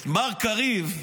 את מר קריב,